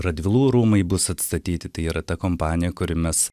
radvilų rūmai bus atstatyti tai yra ta kompanija kuri mes